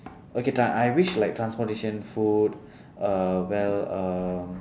okay tra~ I wish like transportation food uh well uh